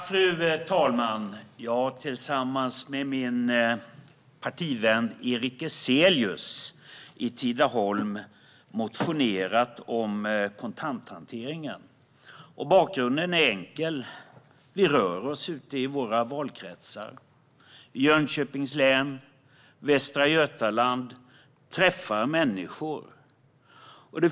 Fru talman! Jag har tillsammans med min partivän Erik Ezelius i Tidaholm motionerat om kontanthanteringen. Bakgrunden är enkel. Vi rör oss ute i våra valkretsar. I Jönköpings län och i Västra Götaland träffar vi människor.